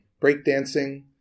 breakdancing